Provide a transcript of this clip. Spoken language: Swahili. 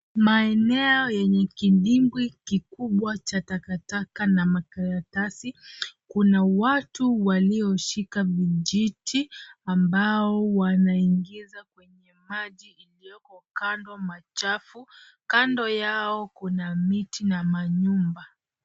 Maeneo yenye kidimbwi kikubwa cha takataka na makaratasi kuna watu walioshika vijiti ambao wanaingiza kwenye maji iliyooko kando machafu kando yao kuna miti na manyumba.